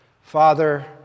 Father